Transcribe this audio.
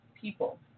people